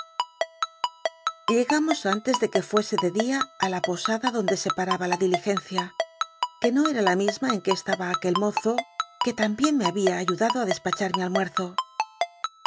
llegamos antes de que fuese de dia a la posada donde se paraba la diligencia que no era la misma en que estaba aquel mozo c ue tan bien me babia ayudado ú despachar mi almuerzo